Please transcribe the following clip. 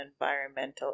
environmental